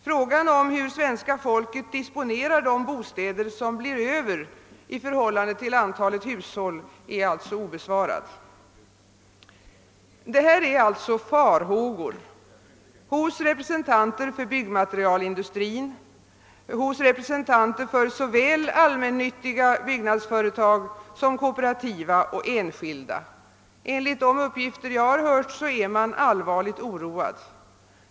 Frågan om hur svenska folket disponerar de bostäder som blir över i förhållande till antalet hushåll är alltså obesvarad. Detta är alltså farhågor hos representanter för byggmaterialindustrin, hos representanter för såväl allmännyttiga bostadsföretag som kooperativa och enskilda. Enligt de uppgifter jag har hört är man allvarligt oroad.